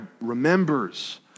remembers